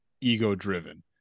ego-driven